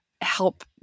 help